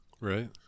Right